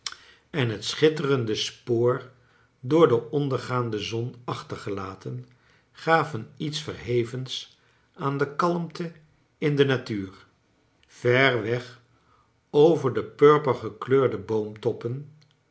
en het schitterende spoor door de ondergaande zon achtergelaten gaven iets verhevens aan de kalmte in de natuur ver weg over de